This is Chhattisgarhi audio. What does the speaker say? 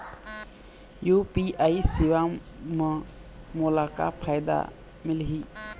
यू.पी.आई सेवा म मोला का फायदा मिलही?